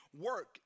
work